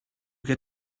get